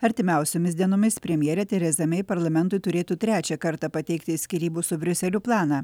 artimiausiomis dienomis premjerė teresa mei parlamentui turėtų trečią kartą pateikti skyrybų su briuseliu planą